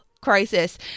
crisis